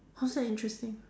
how's that interesting